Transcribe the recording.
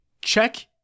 check